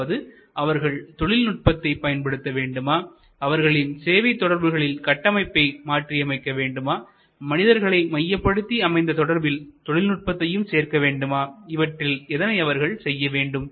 அதாவது அவர்கள் தொழில் நுட்பத்தை பயன்படுத்த வேண்டுமாஅவர்களின் சேவை தொடர்புகளின் கட்டமைப்பை மாற்றியமைக்க வேண்டுமா மனிதர்களை மையப்படுத்தி அமைந்த தொடர்பில் தொழில்நுட்பத்தையும் சேர்க்க வேண்டுமா இவற்றில் எதனை அவர்கள் செய்ய வேண்டும்